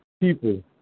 people